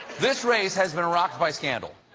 this race has been rocked by scandal.